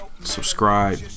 subscribe